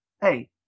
hey